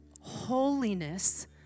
holiness